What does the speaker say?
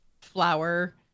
flower